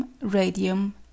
radium